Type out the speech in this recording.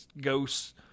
ghosts